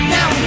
Now